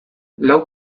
lau